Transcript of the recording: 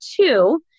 two